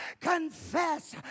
confess